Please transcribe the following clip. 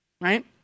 right